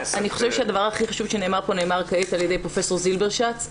חושבת שהדבר הכי חשוב שנאמר פה נאמר כעת על ידי פרופ' זילברשץ,